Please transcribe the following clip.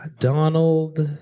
donald,